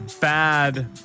bad